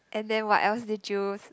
and then what else did you